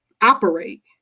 operate